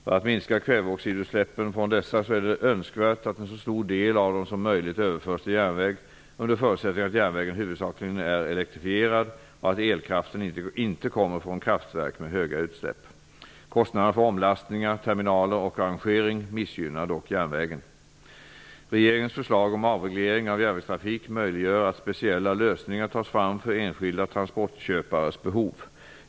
För att minska kväveoxidutsläppen från dessa är det önskvärt att en så stor del av dem som möjligt överförs till järnväg, under förutsättning att järnvägen huvudsakligen är elektrifierad och att elkraften inte kommer från kraftverk med höga utsläpp. Kostnaderna för omlastningar, terminaler och rangering missgynnar dock järnvägen. Regeringens förslag om avreglering av järnvägstrafik möjliggör att speciella lösningar tas fram för enskilda transportköpares behov.